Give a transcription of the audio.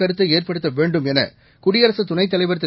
கருத்தை ஏற்படுத்த வேண்டும் என குடியரசு துணைத் தலைவர் திரு